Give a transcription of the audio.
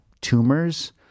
tumors